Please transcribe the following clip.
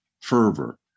fervor